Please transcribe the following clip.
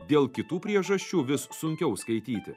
dėl kitų priežasčių vis sunkiau skaityti